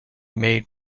made